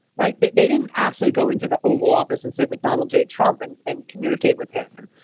right. that they didn't actually go into the oval office and sit with donald j trump and and communicate with him.